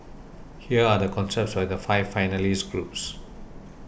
here are the concepts by the five finalist groups